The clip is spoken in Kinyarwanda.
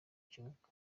kibuga